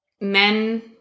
men